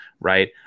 right